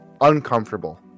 uncomfortable